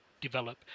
develop